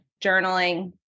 journaling